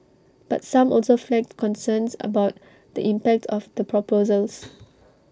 but some also flagged concerns about the impact of the proposals